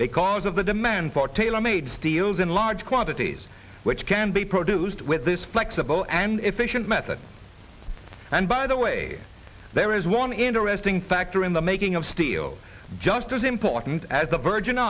because of the demand for tailor made steels in large quantities which can be produced with this flexible and efficient method and by the way there is one interesting factor in the making of steel just as important as the virgin